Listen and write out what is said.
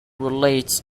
relates